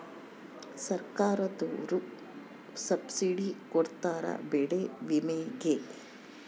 ಸರ್ಕಾರ್ದೊರು ಸಬ್ಸಿಡಿ ಕೊಡ್ತಾರ ಬೆಳೆ ವಿಮೆ ಗೇ